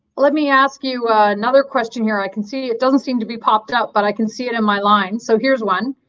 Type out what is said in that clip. let me ask you another question here i can see it doesn't seem to be popped up but i can see it in my line so here's one.